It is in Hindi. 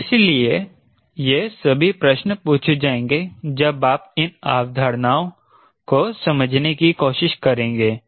इसलिए यह सभी प्रश्न पूछे जाएंगे जब आप इन अवधारणाओं को समझने की कोशिश करेंगे